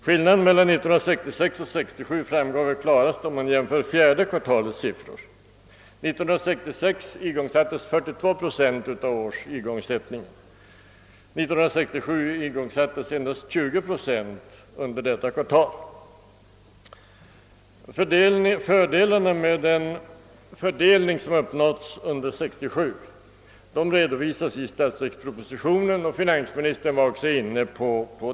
Skillnaden mellan 1966 och 1967 framgår klarast om man jämför fjärde kvartalets siffror. Under fjärde kvartalet 1966 igångsattes 42 procent av det årets igångsättning. 1967 igångsattes endast 20 procent under detta kvartal. Fördelarna med den fördelning som uppnåtts under 1967 redovisas i statsverkspropositionen, och finansministern tog också upp dem.